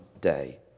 day